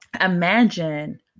Imagine